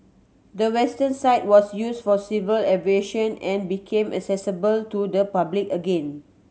the western side was used for civil aviation and became accessible to the public again